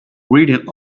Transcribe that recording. reading